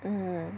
mm